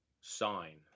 sign